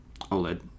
OLED